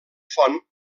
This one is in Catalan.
font